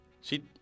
She-